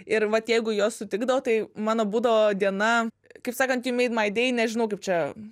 ir vat jeigu jos sutikdavo tai mano būdavo diena kaip sakant ju meid mai dėj nežinau kaip čia